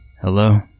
Hello